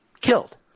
killed